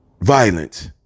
Violence